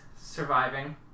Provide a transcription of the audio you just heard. surviving